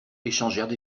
échangèrent